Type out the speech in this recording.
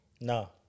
No